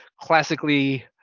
classically